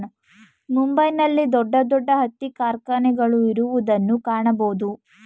ಮುಂಬೈ ನಲ್ಲಿ ದೊಡ್ಡ ದೊಡ್ಡ ಹತ್ತಿ ಕಾರ್ಖಾನೆಗಳು ಇರುವುದನ್ನು ಕಾಣಬೋದು